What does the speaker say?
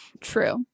True